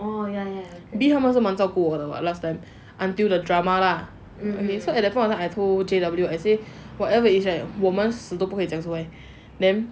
be 他们是蛮照顾我的 what last time until the drama lah okay so at that point of time at how J_W I say whatever is like 我们死都不会讲出来 then